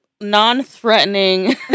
non-threatening